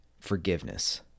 forgiveness